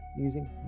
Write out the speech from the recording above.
using